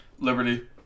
Liberty